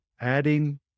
adding